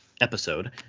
episode